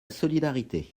solidarité